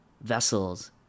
vessels